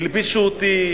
הלבישו אותי,